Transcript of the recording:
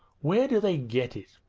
where do they get it.